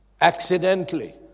accidentally